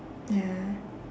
ya